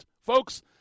Folks